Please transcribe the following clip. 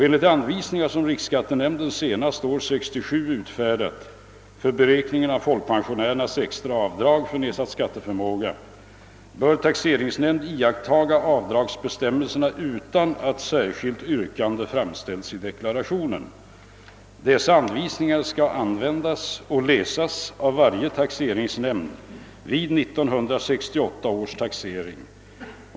Enligt de anvisningar, som riksskattenämnden senast år 1967 utfärdat för beräkningen av folkpensionärernas extra avdrag för nedsatt skatteförmåga, bör taxeringsnämnd iaktta avdragsbestämmelserna utan att särskilt yrkande framställts i deklarationen. Dessa anvisningar skall användas och läsas av varje taxeringsnämnd vid 1968 års taxering.